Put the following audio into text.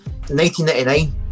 1999